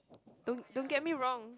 don't don't get me wrong